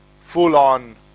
full-on